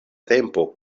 tempo